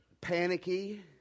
panicky